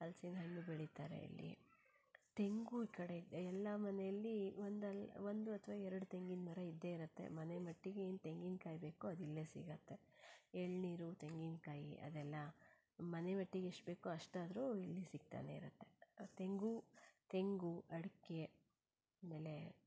ಹಲ್ಸಿನ ಹಣ್ಣು ಬೆಳೀತಾರೆ ಇಲ್ಲಿ ತೆಂಗು ಈ ಕಡೆ ಇದೆ ಎಲ್ಲ ಮನೆಯಲ್ಲಿ ಒಂದಲ್ಲ ಒಂದು ಅಥವಾ ಎರಡು ತೆಂಗಿನ ಮರ ಇದ್ದೇ ಇರುತ್ತೆ ಮನೆ ಮಟ್ಟಿಗೆ ಏನು ತೆಂಗಿನ ಕಾಯಿ ಬೇಕೋ ಅದು ಇಲ್ಲೇ ಸಿಗುತ್ತೆ ಏಳನೀರು ತೆಂಗಿನ ಕಾಯಿ ಅದೆಲ್ಲ ಮನೆ ಮಟ್ಟಿಗೆ ಎಷ್ಟು ಬೇಕೋ ಅಷ್ಟಾದರೂ ಇಲ್ಲಿ ಸಿಕ್ತಾನೆ ಇರುತ್ತೆ ತೆಂಗು ತೆಂಗು ಅಡಿಕೆ ಆಮೇಲೆ